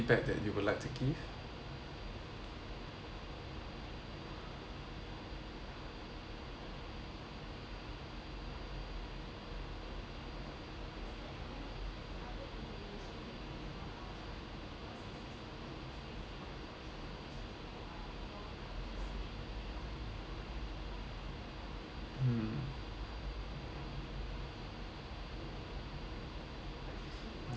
mm understand uh I